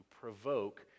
provoke